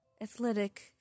athletic